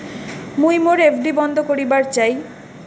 মুই মোর এফ.ডি বন্ধ করিবার চাই